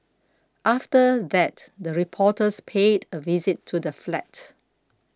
after that the reporters paid a visit to the flat